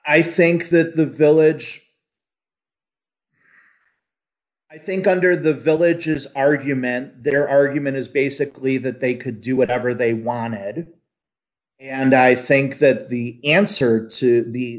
i think this is a village i think under the villages argument their argument is basically that they could do whatever they wanted and i think that the answer to the